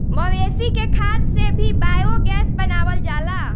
मवेशी के खाद से भी बायोगैस बनावल जाला